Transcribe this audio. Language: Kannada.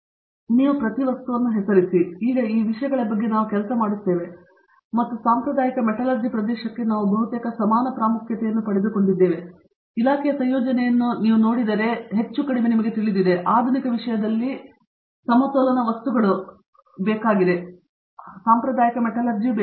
ಆದ್ದರಿಂದ ನೀವು ಪ್ರತಿ ವಸ್ತುವನ್ನು ಹೆಸರಿಸಿ ಈಗ ಈ ವಿಷಯಗಳ ಬಗ್ಗೆ ನಾವು ಕೆಲಸ ಮಾಡುತ್ತಿದ್ದೇವೆ ಮತ್ತು ಸಾಂಪ್ರದಾಯಿಕ ಮೆಟಲರ್ಜಿ ಪ್ರದೇಶಕ್ಕೆ ನಾವು ಬಹುತೇಕ ಸಮಾನ ಪ್ರಾಮುಖ್ಯತೆಯನ್ನು ಪಡೆದುಕೊಂಡಿದ್ದೇವೆ ನಾನು ಇಲಾಖೆಯ ಸಂಯೋಜನೆಯನ್ನು ನೋಡಿದರೆ ಹೆಚ್ಚು ಅಥವಾ ಕಡಿಮೆ ನಿಮಗೆ ತಿಳಿದಿದೆ ಆಧುನಿಕ ವಿಷಯದಲ್ಲಿ ಸಮತೋಲನ ವಸ್ತುಗಳು ಮತ್ತು ಸಾಂಪ್ರದಾಯಿಕ ಮೆಟಲರ್ಜಿ